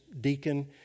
deacon